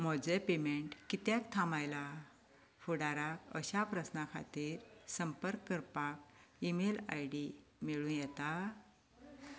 म्हजें पेमेंट कित्याक थांबयल्या फुडाराक अशा प्रस्नां खातीर संपर्क करपाक ईमेल आय डी मेळूं येता